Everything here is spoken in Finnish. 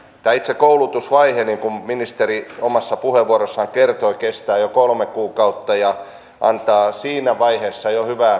tämä itse koulutusvaihe niin kuin ministeri omassa puheenvuorossaan kertoi kestää jo kolme kuukautta ja antaa jo siinä vaiheessa